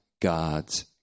God's